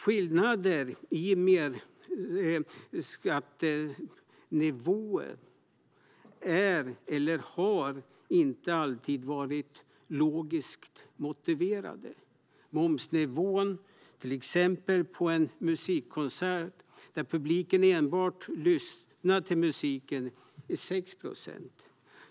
Skillnader i mervärdesskattenivåer är inte och har inte alltid varit logiskt motiverade. Momsnivån vid till exempel en musikkonsert där publiken enbart lyssnar till musiken är 6 procent.